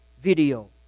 video